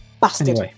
Bastard